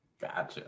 Gotcha